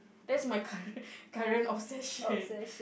that's my current current obsession